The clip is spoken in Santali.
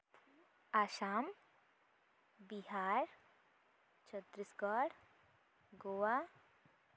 ᱟᱥᱟᱢ ᱵᱤᱦᱟᱨ ᱪᱷᱚᱛᱨᱤᱥᱜᱚᱲ ᱜᱳᱣᱟ